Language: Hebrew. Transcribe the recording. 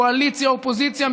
קואליציה-אופוזיציה,